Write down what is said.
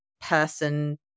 person